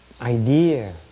idea